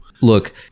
Look